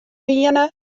wiene